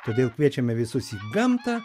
todėl kviečiame visus į gamtą